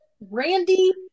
randy